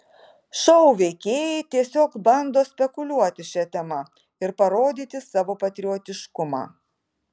šou veikėjai tiesiog bando spekuliuoti šia tema ir parodyti savo patriotiškumą